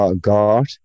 God